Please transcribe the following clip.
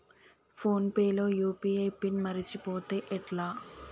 Phone pay లో UPI pin మరచిపోతే ఎట్లా?